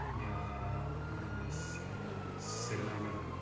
یا وَنو أسۍ سرینَگر